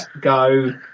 go